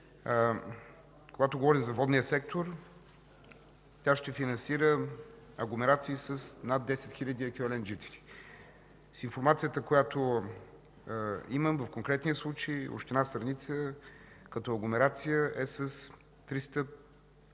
когато говорим за водния сектор, тя ще финансира агломерации с над 10 хил. еквивалент жители. С информацията, която имам, в конкретния случай община Сърница като агломерация е с 3591 еквивалент